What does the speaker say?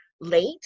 late